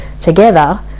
together